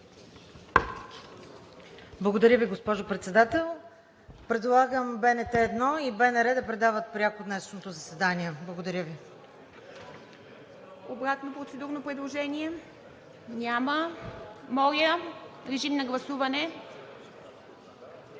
Благодаря Ви, госпожо Председател. Предлагам БНТ 1 и БНР да предават пряко днешното заседание. Благодаря Ви. ПРЕДСЕДАТЕЛ ИВА МИТЕВА: Обратно процедурно предложение? Няма. Моля, режим на гласуване.